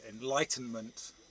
enlightenment